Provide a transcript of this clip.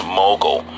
mogul